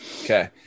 Okay